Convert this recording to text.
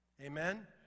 Amen